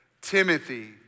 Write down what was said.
Timothy